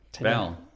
val